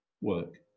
work